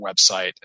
website